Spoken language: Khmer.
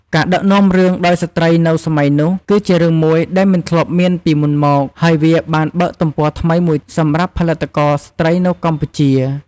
ការដឹកនាំរឿងដោយស្ត្រីនៅសម័យនោះ គឺជារឿងមួយដែលមិនធ្លាប់មានពីមុនមក ហើយវាបានបើកទំព័រថ្មីមួយសម្រាប់ផលិតករស្រ្តីនៅកម្ពុជា។